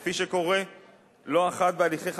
כפי שקורה לא אחת בהליכי חקיקה,